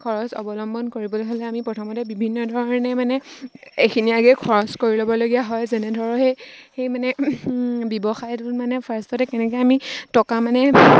খৰচ অৱলম্বন কৰিবলৈ হ'লে আমি প্ৰথমতে বিভিন্ন ধৰণে মানে এইখিনি আগে খৰচ কৰি ল'বলগীয়া হয় যেনে ধৰক সেই সেই মানে ব্যৱসায়টোত মানে ফাৰ্ষ্টতে কেনেকৈ আমি টকা মানে